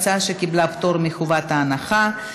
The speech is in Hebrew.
הצעה שקיבלה פטור מחובת הנחה.